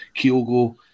Kyogo